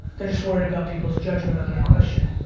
they're just worried about people's judgment on their question.